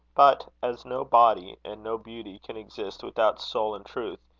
but as no body and no beauty can exist without soul and truth,